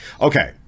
okay